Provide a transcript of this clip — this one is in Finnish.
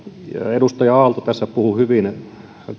edustaja aalto tässä puhui hyvin